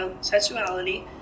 sexuality